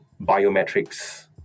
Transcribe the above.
biometrics